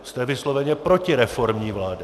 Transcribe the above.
Jste vysloveně protireformní vláda!